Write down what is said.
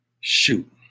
shoot